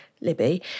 Libby